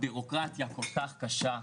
הביורוקרטיה כל כך קשה,